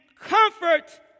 comfort